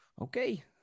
Okay